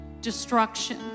destruction